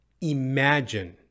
Imagine